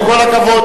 עם כל הכבוד,